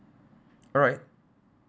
alright